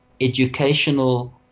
educational